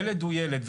ילד הוא ילד,